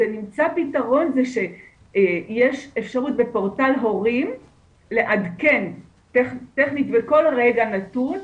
נמצא פתרון שיש אפשרות בפורטל הורים לעדכן טכנית בכל רגע נתון,